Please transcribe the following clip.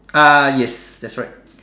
ah yes that's right